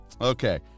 Okay